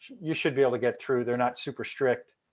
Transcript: you should be able to get through, they're not super strict.